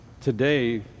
today